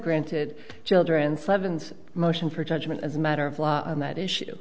granted children five and a motion for judgment as a matter of law on that issue